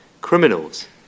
Criminals